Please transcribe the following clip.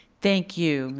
thank you,